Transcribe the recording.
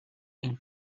این